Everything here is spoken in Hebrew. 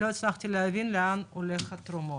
לא הצלחתי להבין הולך הכסף של התרומות.